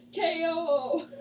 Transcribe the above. KO